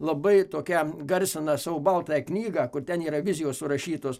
labai tokią garsina savo baltąją knygą kur ten yra vizijos surašytos